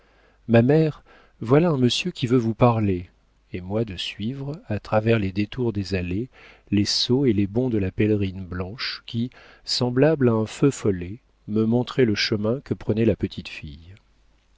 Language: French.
ma mère voilà un monsieur qui veut vous parler et moi de suivre à travers les détours des allées les sauts et les bonds de la pèlerine blanche qui semblable à un feu follet me montrait le chemin que prenait la petite fille